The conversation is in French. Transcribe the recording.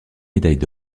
médailles